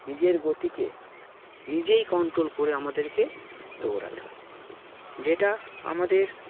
নিজের গতিকে নিজেই কন্ট্রোল করে আমাদেরকে দৌড়াতে হয় যেটা আমাদের